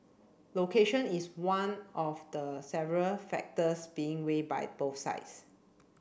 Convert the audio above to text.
location is one of the several factors being weighed by both sides